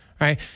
right